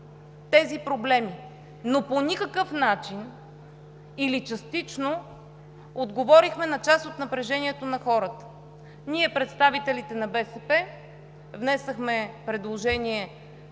тези проблеми, но по никакъв начин дори частично не отговорихме на част от притесненията на хората. Ние, представителите на БСП, внесохме предложение